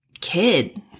kid